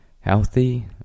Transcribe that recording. healthy